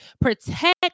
protect